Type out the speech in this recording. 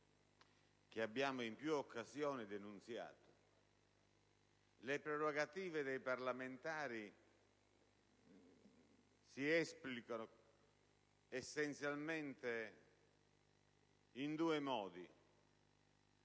che abbiamo in più occasioni denunziato. Le prerogative dei parlamentari si esplicano essenzialmente in due modi;